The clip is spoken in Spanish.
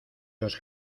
los